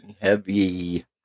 heavy